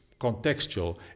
contextual